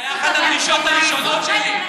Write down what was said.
זאת הייתה אחת הדרישות הראשונות שלי.